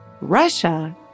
Russia